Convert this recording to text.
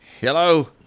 Hello